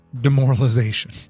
demoralization